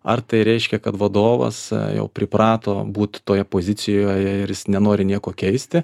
ar tai reiškia kad vadovas jau priprato būt toje pozicijoje ir jis nenori nieko keisti